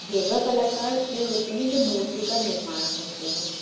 भेरवा कलाकार वे होते हैं जो मूर्ति का निर्माण करते हैं